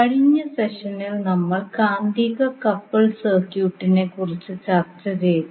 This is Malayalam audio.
കഴിഞ്ഞ സെഷനിൽ നമ്മൾ കാന്തിക കപ്പിൾഡ് സർക്യൂട്ടിനെക്കുറിച്ച് ചർച്ച ചെയ്തു